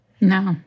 No